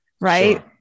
Right